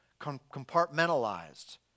compartmentalized